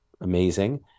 amazing